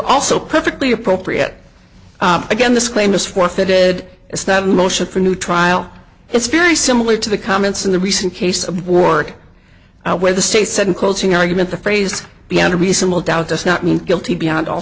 also perfectly appropriate again this claim is forfeited it's not a motion for a new trial it's very similar to the comments in the recent case of work out where the stay said in closing argument the phrase beyond a reasonable doubt does not mean guilty beyond all